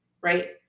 Right